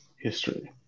history